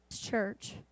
church